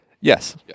Yes